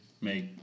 make